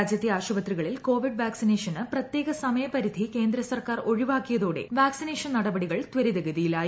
രീജ്യത്തെ ആശുപത്രികളിൽ കോവിഡ് വാക ്സിനേഷന് പ്രത്യേക സമയ്പരിധി കേന്ദ്ര സർക്കാർ ഒഴിവാക്കിയതോടെ വാക്സിനേഷൻ നടപടികൾ ത്വരിതഗതിയിലായി